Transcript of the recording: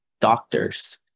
doctors